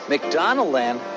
McDonaldland